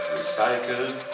recycled